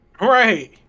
Right